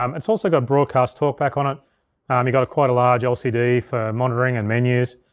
um it's also got broadcast talkback on it. and you got a quite large lcd for monitoring and menus.